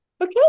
Okay